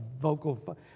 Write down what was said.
vocal